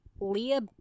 Leah